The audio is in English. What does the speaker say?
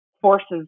forces